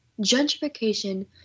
gentrification